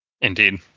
indeed